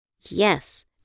Yes